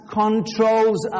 controls